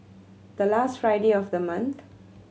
the last Friday of the month